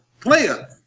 player